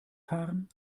fahren